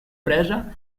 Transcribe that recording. presa